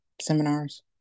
seminars